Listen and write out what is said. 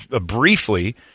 briefly